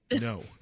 No